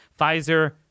Pfizer